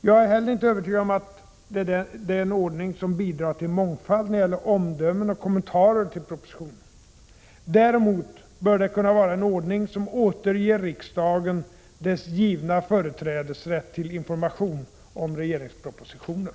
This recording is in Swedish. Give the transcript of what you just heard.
Jag är inte heller övertygad om att det är en ordning som bidrar till mångfald när det gäller omdömen och kommentarer till propositionen. Däremot bör det kunna vara en ordning som återger riksdagen dess givna företrädesrätt till information om regeringspropositioner.